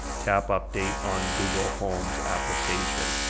tap update on google home's application.